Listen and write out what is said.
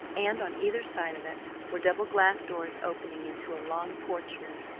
and on either side of it were double glass doors opening into a long porch room,